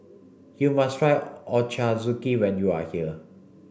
you must try Ochazuke when you are here